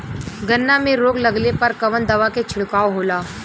गन्ना में रोग लगले पर कवन दवा के छिड़काव होला?